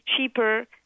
cheaper